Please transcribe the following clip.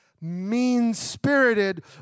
mean-spirited